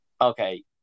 Okay